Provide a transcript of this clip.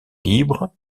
libres